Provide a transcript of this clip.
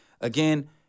again